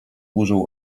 burzę